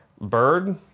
bird